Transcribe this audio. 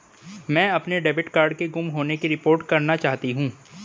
मैं अपने debit card के गुम होने की रिपोर्ट करना चाहती हूँ